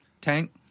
Tank